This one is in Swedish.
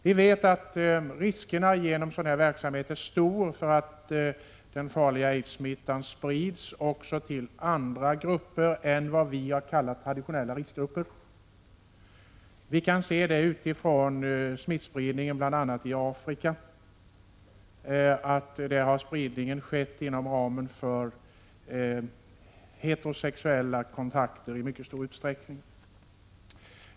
Vi vet att riskerna är stora för att den farliga aidssmittan sprids genom sådan här verksamhet — också till andra grupper än de traditionella riskgrupperna. Vi kan se detta på smittspridningen bl.a. i Afrika. Där har spridningen i mycket stor utsträckning skett inom ramen för heterosexuella kontakter.